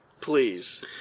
Please